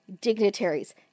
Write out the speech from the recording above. dignitaries